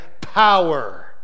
power